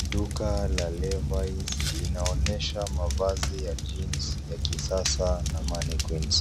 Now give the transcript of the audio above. Duka la Levi's linaonyesha mavazi ya jeans ya kisasa na mannequinns .